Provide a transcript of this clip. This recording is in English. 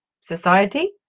society